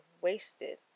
wasted